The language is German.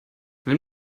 nimm